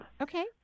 Okay